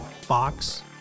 Fox